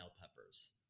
peppers